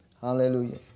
Hallelujah